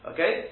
Okay